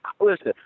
Listen